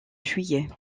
juillet